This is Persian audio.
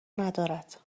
ندارند